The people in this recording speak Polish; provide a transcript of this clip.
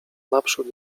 naprzód